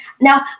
now